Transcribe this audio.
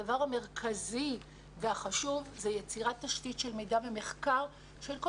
הדבר המרכזי והחשוב הוא יצירת תשתית של מידע ומחקר של כל